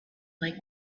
like